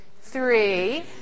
three